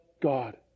God